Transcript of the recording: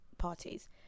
parties